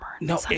No